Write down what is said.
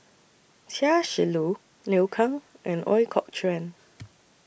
Chia Shi Lu Liu Kang and Ooi Kok Chuen